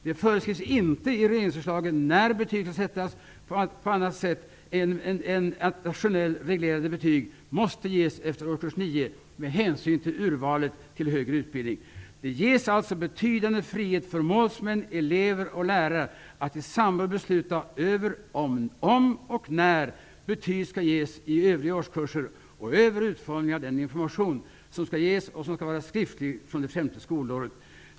Det föreskrivs inte i regeringsförslaget när betyg skall sättas på annat sätt än att nationellt reglerade betyg måste ges efter årskurs 9 med hänsyn till urvalet till högre utbildning. Det ges alltså betydande frihet för målsmän, elever och lärare att i samråd besluta över om och och när betyg skall ges i övriga årskurser och över utformningen av den information som skall ges och som skall vara skriftlig från det femte skolåret.